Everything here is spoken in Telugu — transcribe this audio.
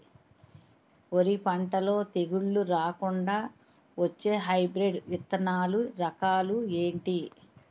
వరి పంటలో తెగుళ్లు రాకుండ వచ్చే హైబ్రిడ్ విత్తనాలు రకాలు ఏంటి?